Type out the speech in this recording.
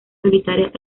solitarias